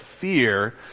fear